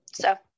so-